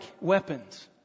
weapons